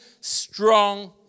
strong